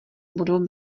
budou